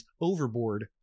Overboard